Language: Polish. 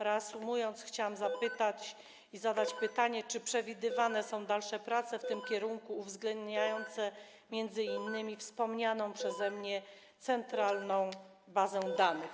Reasumując, chciałam zapytać, zadać pytanie: Czy przewidywane są dalsze prace w tym kierunku, uwzględniające m.in. wspomnianą przeze mnie centralną bazę danych?